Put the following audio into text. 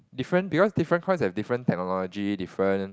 different because different coins have different technology different